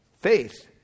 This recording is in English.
Faith